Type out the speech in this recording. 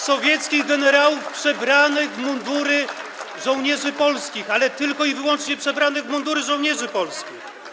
Sowieckich generałów przebranych w mundury żołnierzy polskich, ale tylko i wyłącznie przebranych w mundury żołnierzy polskich.